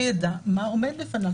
שיידע מה עומד בפניו.